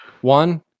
one